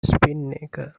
spinnaker